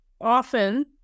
often